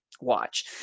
watch